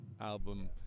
album